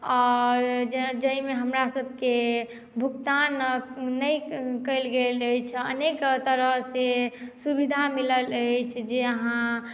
आओर जाहिमे हमरासभके भुगतान नहि कयल गेल अछि अनेक तरहसँ सुविधा मिलल अछि जे अहाँ